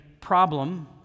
problem